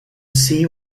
see